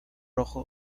rojo